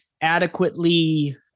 adequately